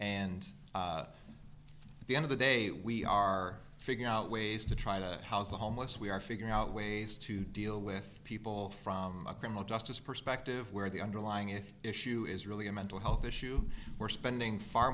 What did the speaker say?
and at the end of the day we are figuring out ways to try to house the homeless we are figuring out ways to deal with people from a criminal justice perspective where the underlying if issue is really a mental health issue we're spending far